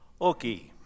Okay